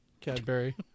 cadbury